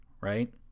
right